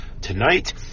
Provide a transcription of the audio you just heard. tonight